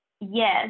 Yes